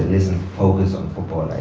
listen, focus on football,